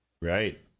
Right